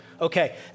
Okay